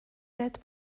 set